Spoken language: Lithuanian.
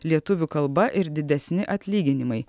lietuvių kalba ir didesni atlyginimai